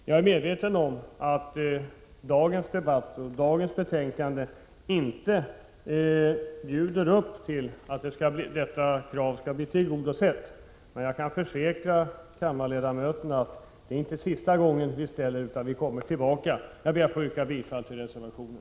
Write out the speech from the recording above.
Jag är medveten om att dagens debatt och dagens betänkande inte inbjuder till att tillgodose detta krav. Men jag kan försäkra kammarens ledamöter om att det inte är sista gången vi ställer detta krav, utan vi kommer att återkomma i frågan. Jag ber att få yrka bifall till reservationen.